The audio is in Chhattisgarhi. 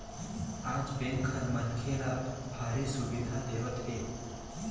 आज बेंक ह मनखे ल भारी सुबिधा देवत हे